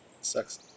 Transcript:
Sucks